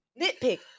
Nitpick